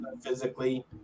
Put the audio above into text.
physically